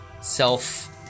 self